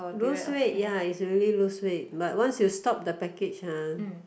lose weight ya is already lose weight but once you stop the package [huh]